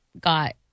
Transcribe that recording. got